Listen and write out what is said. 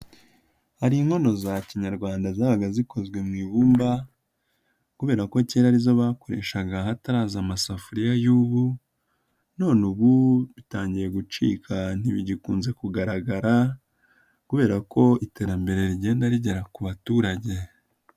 Hari inkono za kinyarwanda zabaga zikozwe mu ibumba kubera ko kera arizo bakoreshaga hataraza amasafuriya y'ubu, none ubu, bitangiye gucika ntibigikunze kugaragara kubera ko iterambere rigenda rigera ku baturage.